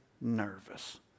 nervous